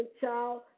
child